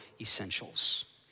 essentials